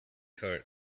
hurt